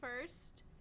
first